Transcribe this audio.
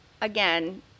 again